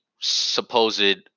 supposed